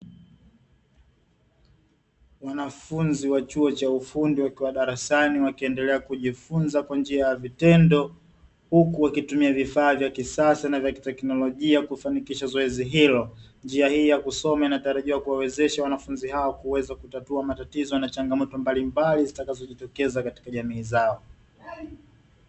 Wanafunzi wa chuo cha ufundi wakiwa darasani wakiendelea kujifunza kwa njia ya vitendo huku wakitumia vifaa vya kisasa na vya kiteknolojia kufanikisha zoezi hilo, njia hii ya kusoma inatarajiwa kuwawezesha wanafunzi hao kuweza kutatua matatizo na changamoto mbalimbali zitakazojitokeza katika jamii zao.